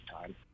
time